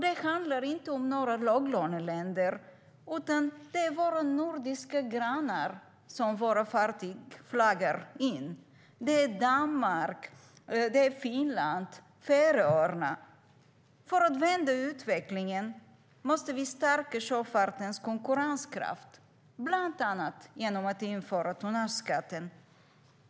Det handlar inte om några låglöneländer, utan det är i våra nordiska grannländer som våra fartyg flaggar in - Danmark, Finland och Färöarna.För att vända utvecklingen måste vi stärka sjöfartens konkurrenskraft, bland annat genom att införa tonnageskatt.